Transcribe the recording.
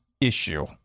issue